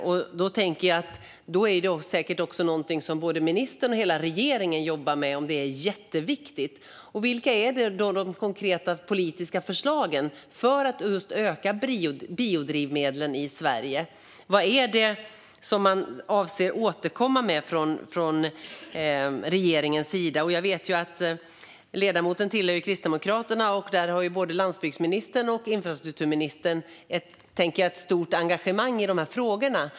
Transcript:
Om det är jätteviktigt tänker jag att det säkert är något som både ministern och hela regeringen jobbar med. Vilka är då de konkreta politiska förslagen för att öka biodrivmedlen i Sverige? Vad är det som man avser att återkomma med från regeringens sida? Ledamoten tillhör ju Kristdemokraterna, och jag tror att både landsbygdsministern och infrastrukturministern har ett stort engagemang i de här frågorna.